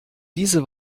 diese